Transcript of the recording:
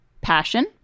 Passion